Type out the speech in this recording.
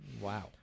Wow